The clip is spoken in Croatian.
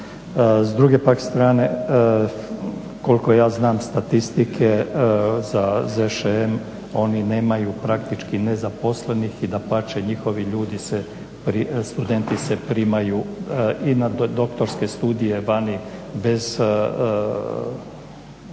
S druge pak strane koliko ja znam statistike za ZŠM oni nemaju praktički nezaposlenih i dapače njihovi ljudi, studenti se primaju i na doktorske studije vani bez vrlo